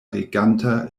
reganta